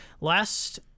Last